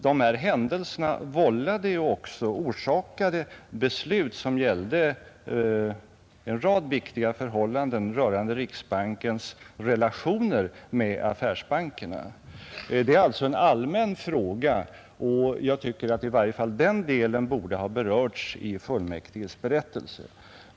De här händelserna orsakade ju också beslut som gällde en rad viktiga förhållanden rörande riksbankens relationer med affärsbankerna. Det är alltså en allmän fråga, och jag tycker att i varje fall den delen borde ha berörts i fullmäktiges berättelse.